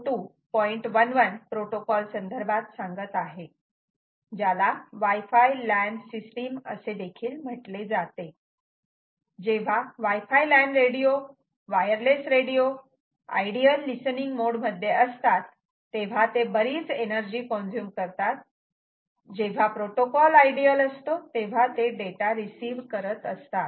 11 protocol संदर्भात सांगत आहे ज्याला वायफाय लॅन सिस्टीम असे देखील म्हटले जाते जेव्हा WiFi LAN radio wireless radio ideal listening mode मध्ये असतात तेव्हा ते बरीच एनर्जी काँझुम करतात जेव्हा प्रोटोकॉल आयडियल असतो तेव्हा ते डेटा रिसिव्ह करत असतात